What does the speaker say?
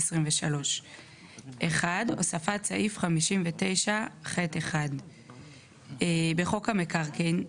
2023 הוספת סעיף 59ח1 1. בחוק המקרקעין,